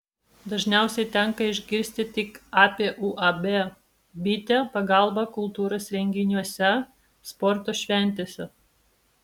dažniausiai tenka išgirsti tik apie uab bitė pagalbą kultūros renginiuose sporto šventėse